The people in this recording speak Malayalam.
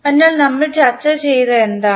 അതിനാൽ നമ്മൾ ചർച്ച ചെയ്തത് എന്താണ്